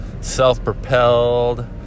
Self-propelled